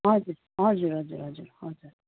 हजुर हजुर हजुर हजुर हजुर